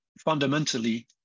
fundamentally